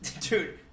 dude